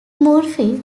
murphy